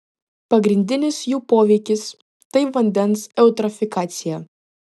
pagrindinis jų poveikis tai vandens eutrofikacija